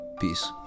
Peace